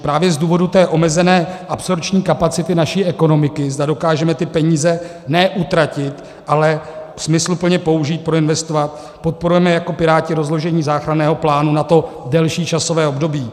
Právě z důvodu té omezené absorpční kapacity naší ekonomiky, zda dokážeme ty peníze ne utratit, ale smysluplně použít, proinvestovat, podporujeme jako Piráti rozložení záchranného plánu na to delší časové období.